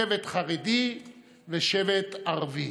שבח חרדי ושבט ערבי.